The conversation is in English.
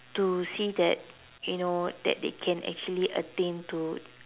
to see that you know that they can actually attain to